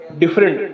different